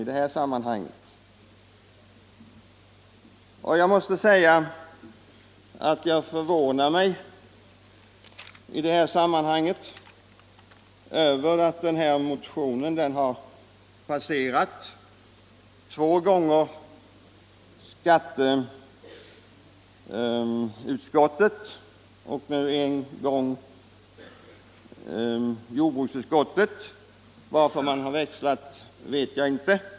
I detta sammanhang måste jag säga att det förvånar mig att min motion har passerat skatteutskottet två gånger och nu jordbruksutskottet en gång. Varför man har växlat utskott vet jag inte.